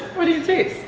what do you taste?